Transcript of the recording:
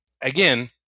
again